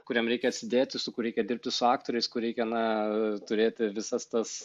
kuriam reikia atsidėti su kur reikia dirbti su aktoriais kur reikia na turėti visas tas